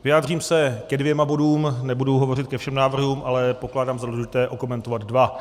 Vyjádřím se ke dvěma bodům, nebudu hovořit ke všem návrhům, ale pokládám za důležité okomentovat dva.